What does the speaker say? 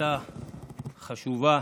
משפחתה החשובה,